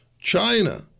China